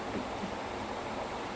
ah okay okay